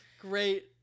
Great